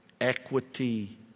equity